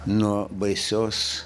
nuo baisios